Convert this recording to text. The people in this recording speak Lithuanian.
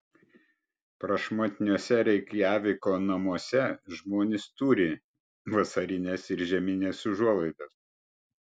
prašmatniuose reikjaviko namuose žmonės turi vasarines ir žiemines užuolaidas